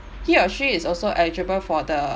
he or she is also eligible for